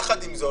יחד עם זאת,